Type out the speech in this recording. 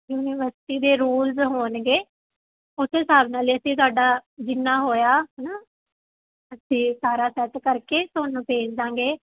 university ਦੇ rules ਹੋਣਗੇ ਉਸ ਹਿਸਾਬ ਨਾਲ ਅਸੀਂ ਤੁਹਾਡਾ ਜਿੰਨਾ ਹੋਇਆ ਹੈ ਨਾ ਅਸੀਂ ਸਾਰਾ ਸੈੱਟ ਕਰਕੇ ਤੁਹਾਨੂੰ ਭੇਜ ਦਾਂਗੇ